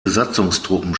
besatzungstruppen